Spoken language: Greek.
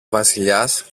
βασιλιάς